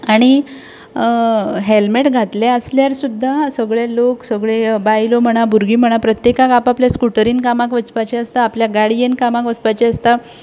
आनी हेल्मेट घातल्या आसल्यार सुद्दां सगळे लोक सगळे बायलो म्हणा भुरगी म्हणा प्रत्येकाक आपआपले स्कुटरीन कामाक वचपाचें आसता आपल्याक गाडयेन कामाक वचपाचें आसता